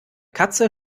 katze